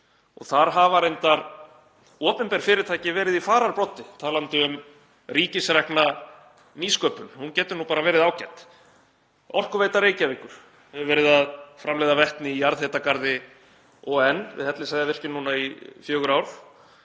Þar hafa reyndar opinber fyrirtæki verið í fararbroddi, talandi um ríkisrekna nýsköpun. Hún getur bara verið ágæt. Orkuveita Reykjavíkur hefur verið að framleiða vetni í jarðhitagarði ON við Hellisheiðarvirkjun núna í fjögur ár.